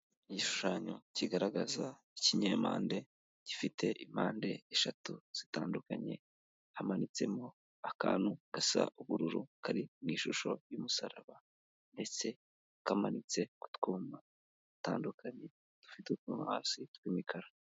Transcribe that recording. Igishushanyo kigaragaza ikinyempande gifite impande eshatu zitandukanye, hamanitsemo akantu gasa ubururu kari mu ishusho y'umusaraba ndetse kamanitse ku twuma dutandukanye dufite utuntu hasi tw'imikara.